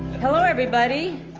hello, everybody!